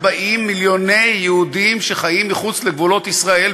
והאמת היא שהיו סימנים של שינוי כשההחלטה הקודמת התקבלה לפני כשנה